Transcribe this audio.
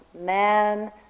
man